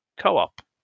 Co-op